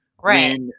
Right